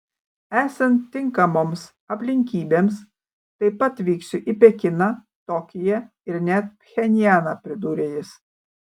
esant tinkamoms aplinkybėms taip pat vyksiu į pekiną tokiją ir net pchenjaną pridūrė jis